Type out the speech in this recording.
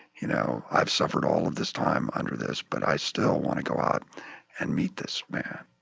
you know, i've suffered all of this time under this but i still want to go out and meet this man.